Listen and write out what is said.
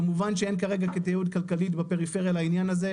כמובן אין כרגע כדאיות כלכלית בפריפריה לעניין הזה,